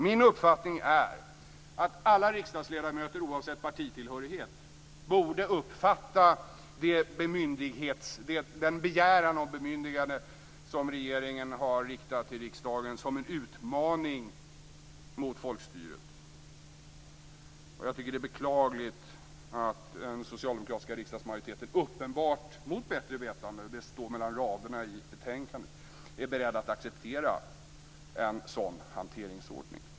Min uppfattning är att alla riksdagsledamöter oavsett partitillhörighet borde uppfatta den begäran om bemyndigande som regeringen har riktat till riksdagen som en utmaning mot folkstyret. Det är beklagligt att den socialdemokratiska riksdagsmajoriteten uppenbart mot bättre vetande - det står mellan raderna i betänkandet - är beredd att acceptera en sådan hanteringsordning.